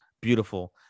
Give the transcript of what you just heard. beautiful